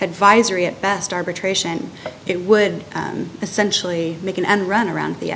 advisory at best arbitration it would essentially make an end run around the